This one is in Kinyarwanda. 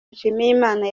nshimirimana